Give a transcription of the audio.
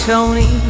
Tony